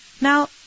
now